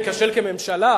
מילא להיכשל כממשלה,